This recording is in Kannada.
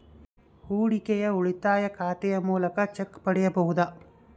ಹೂಡಿಕೆಯ ಉಳಿತಾಯ ಖಾತೆಯ ಮೂಲಕ ಚೆಕ್ ಪಡೆಯಬಹುದಾ?